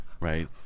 Right